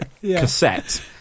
cassette